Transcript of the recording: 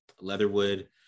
Leatherwood